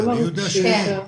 אני יודע שאין.